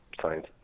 Science